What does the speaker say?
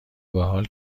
بحال